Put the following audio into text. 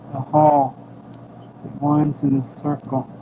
hall it winds in a circle.